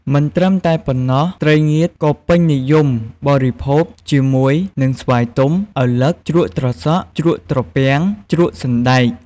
មិនត្រឹមតែប៉ុណ្ណោះ ត្រីងៀតក៏ពេញនិយមបរិភោគជាមួយនិងស្វាយទុំ ឪឡឹក ជ្រក់ត្រសក់ ជ្រក់ត្រពាំង ជ្រក់សណ្ដែក។